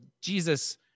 Jesus